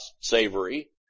savory